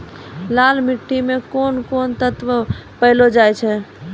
लाल मिट्टी मे कोंन कोंन तत्व पैलो जाय छै?